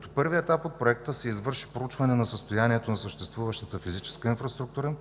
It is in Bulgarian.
като в първия етап от Проекта се извърши проучване на състоянието на съществуващата физическа инфраструктура